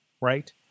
right